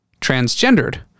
transgendered